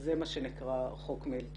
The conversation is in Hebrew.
זה מה שנקרא חוק מילצ'ן,